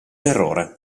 errore